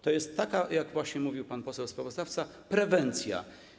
To jest taka, jak właśnie mówił pan poseł sprawozdawca, prewencja.